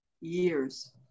years